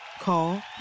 call